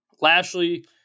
Lashley